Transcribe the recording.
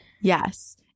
Yes